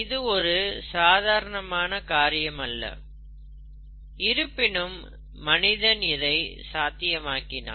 இது ஒரு சாதாரணமான காரியமல்ல இருப்பினும் மனிதன் இதை சாத்தியமாக்கினான்